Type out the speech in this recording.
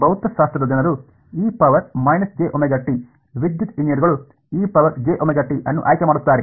ಭೌತಶಾಸ್ತ್ರದ ಜನರು e jωt ವಿದ್ಯುತ್ ಎಂಜಿನಿಯರ್ಗಳು ejωt ಅನ್ನು ಆಯ್ಕೆ ಮಾಡುತ್ತಾರೆ